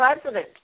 president